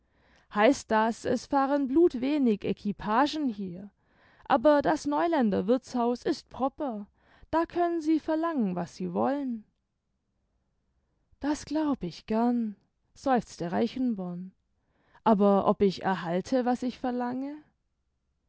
heißt das es fahren blutwenig ekipaschen hier aber das neuländer wirthshaus ist proper da können sie verlangen was sie wollen das glaub ich gern seufzte reichenborn aber ob ich erhalte was ich verlange